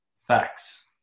Facts